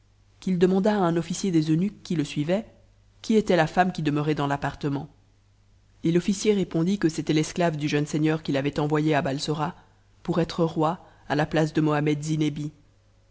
qu'il demanda à un officier des eunuques qui le suivait qui était la femme qui demeurait dans l'appartement et l'officier répont que c'était l'esclave du jeune seigneur qu'il avait envoyé à balsora pour être roi à la place de mohammed zinebi